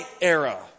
era